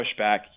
pushback